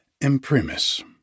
Imprimis